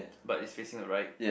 but it's facing the right